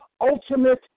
ultimate